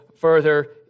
further